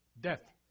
death